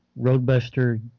Roadbuster